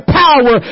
power